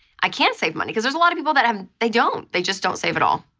i can save money because there's a lot of people that have, they don't, they just don't save at all.